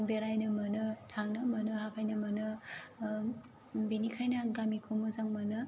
बेरायनो मोनो थांनो मोनो हाबहैनो मोनो बिनिखायनो आं गामिखौ मोजां मोनो